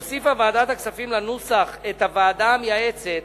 הוסיפה ועדת הכספים לנוסח את הוועדה המייעצת,